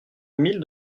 mille